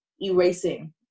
erasing